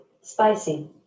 spicy